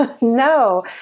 no